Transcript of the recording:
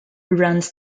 runs